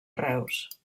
reus